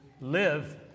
live